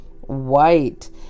White